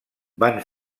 van